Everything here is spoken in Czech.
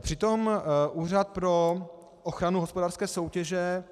Přitom Úřad pro ochranu hospodářské soutěže